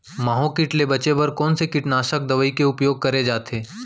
माहो किट ले बचे बर कोन से कीटनाशक दवई के उपयोग करे जाथे?